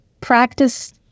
practice